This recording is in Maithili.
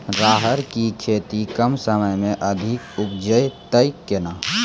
राहर की खेती कम समय मे अधिक उपजे तय केना?